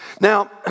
Now